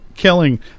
killing